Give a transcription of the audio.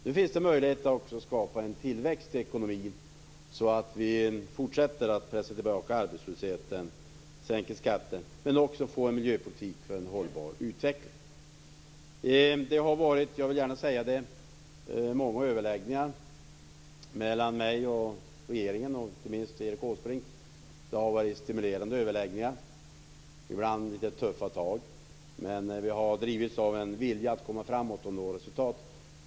Nu finns det möjlighet att också skapa en tillväxt i ekonomin så att vi kan fortsätta att pressa tillbaka arbetslösheten och sänka skatten men också få en miljöpolitik för en hållbar utveckling. Det har varit många överläggningar mellan mig och regeringen, inte minst Erik Åsbrink. Det har varit stimulerande överläggningar med ibland litet tuffa tag. Men vi har drivits av en vilja att komma framåt och nå resultat.